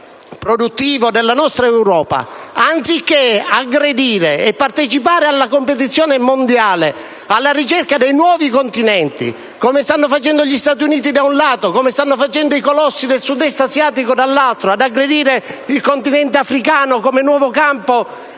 motore produttivo della nostra Europa, anziché partecipare alla competizione mondiale per la ricerca di nuovi continenti, come stanno facendo gli Stati Uniti da un lato e i colossi del Sud-Est asiatico dall'altro, aggredendo il continente africano come nuovo campo